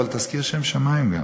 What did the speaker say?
אבל תזכיר שם שמים גם.